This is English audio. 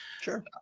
Sure